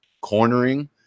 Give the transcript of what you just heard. cornering